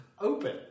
open